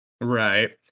right